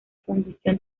fundición